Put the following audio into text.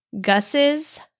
Gus's